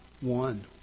one